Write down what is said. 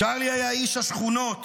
צ'רלי היה איש השכונות,